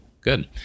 Good